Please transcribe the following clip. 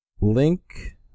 Link